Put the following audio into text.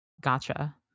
Gotcha